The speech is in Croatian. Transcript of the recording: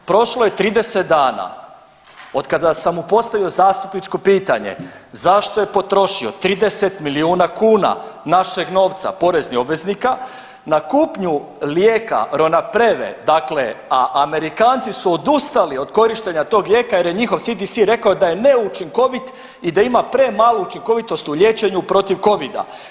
Prošlo je 30 dana od kada sam mu postavio zastupničko pitanje, zašto je potrošio 30 milijuna kuna našeg novca, poreznih obveznika na kupnju lijeka Ronapreve, dakle a Amerikanci su odustali od korištenja tog lijeka jer je njihov CDC rekao da je neučinkovit i da ima premalu učinkovitost u liječenju protiv Covida.